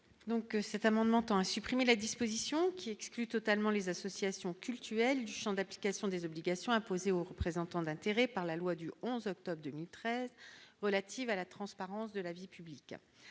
Donc cet amendement tend à supprimer la disposition qui exclut totalement les associations cultuelles du Champ d'application des obligations imposées aux représentants d'intérêts par la loi du 11 octobre 2013 relative à la transparence de la vie publique